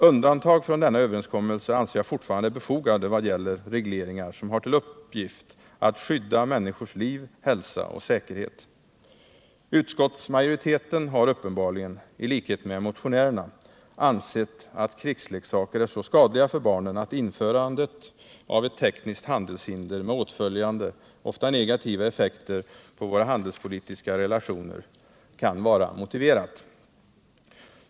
Undantag från denna överenskommelse anser jag fortfarande är befogade vad gäller regleringar som har till syfte att skydda människors liv, hälsa och säkerhet. Utskottsmajoriteten har uppenbarligen, i likhet med motionärerna, ansett att krigsleksaker är så skadliga för barnen att införandet av ett tekniskt 43 handelshinder med åtföljande ofta negativa effekter på våra handelspolitiska relationer kan vara motiverat.